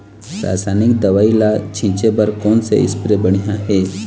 रासायनिक दवई ला छिचे बर कोन से स्प्रे बढ़िया हे?